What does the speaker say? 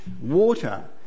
water